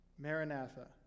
Maranatha